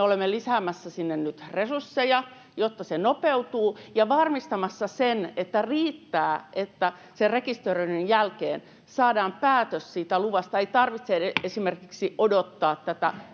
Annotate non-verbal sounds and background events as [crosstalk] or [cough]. olemme lisäämässä sinne nyt resursseja, jotta se nopeutuu, ja varmistamassa sen, että riittää, että sen rekisteröinnin jälkeen saadaan päätös siitä luvasta. [noise] Ei tarvitse esimerkiksi odottaa